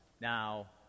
now